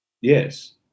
Yes